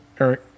Eric